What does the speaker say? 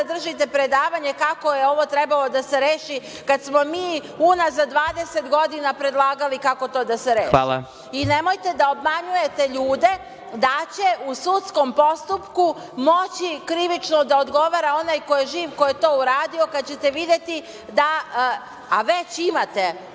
da držite predavanje kako je ovo trebalo da se reši kada smo mi unazad 20 godina predlagali kako to da se reši.(Predsedavajući: Hvala.)Nemojte da obmanjujete ljude da će u sudskom postupku moći krivično da odgovara onaj ko je živ, ko je to uradio, a videćete da, a već imate